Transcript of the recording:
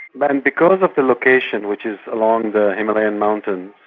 but and because of the location, which is along the himalayan mountains,